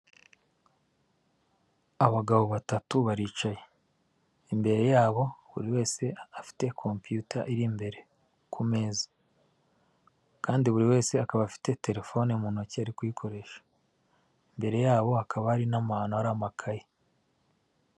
Abagabo batatu baricaye, imbere yabo buri wese afite kompiyuta iri imbere ku meza kandi buri wese akaba afite terefone mu ntoki ari kuyikoresha, imbere yabo hakaba harimo n'ahantu hari amakaye.